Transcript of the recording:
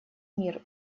мир